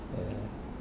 err